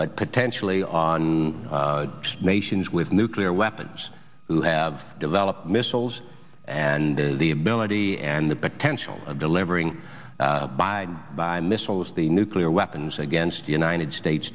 but potentially on nations with nuclear weapons who have developed missiles and the ability and the potential of delivering by by missiles the nuclear weapons against the united states